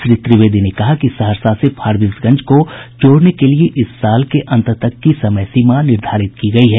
श्री त्रिवेदी ने कहा कि सहरसा से फारबिसगंज को जोड़ने के लिये इस साल के अंत तक की समय सीमा निर्धारित की गयी है